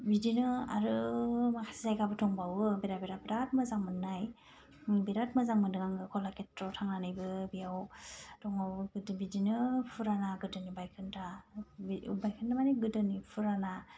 बिदिनो आरो माखासे जायगाफोर दंबावो बिरात बिरात मोजां मोननाय बिरात मोजां मोन्दों आङो कलाक्षेत्रआवबो थांनानै बेयाव दंबावो बिदिनो फुराना गोदोनि बायखोन्दा बाय माने गोदोनि फुराना